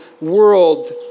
world